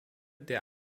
der